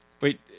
Wait